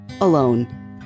alone